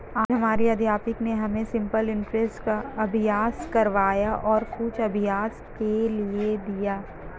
आज हमारे अध्यापक ने हमें सिंपल इंटरेस्ट का अभ्यास करवाया और कुछ अभ्यास के लिए दिया